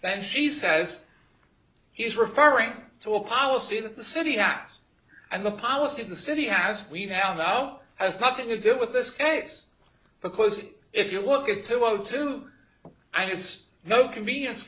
then she says he's referring to a policy that the city asked and the policy in the city as we now know as nothing to do with this case because if you look at two o two i just know convenience